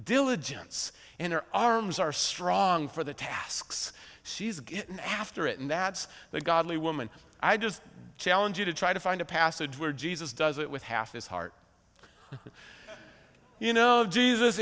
diligence and her arms are strong for the tasks she's getting after it and that's the godly woman i just challenge you to try to find a passage where jesus does it with half his heart you know jesus